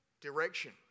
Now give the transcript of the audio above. direction